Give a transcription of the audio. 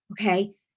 okay